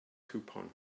coupon